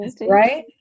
right